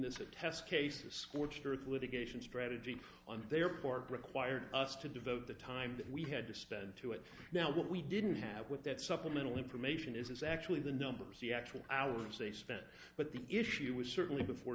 this a test case a scorched earth litigation strategy on their part required us to devote the time that we had to spend to it now what we didn't have with that supplemental information is actually the numbers the actual hours they spent but the issue was certainly before